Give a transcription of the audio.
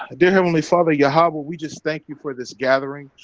did here when we father you hobble, we just thank you for this gathering.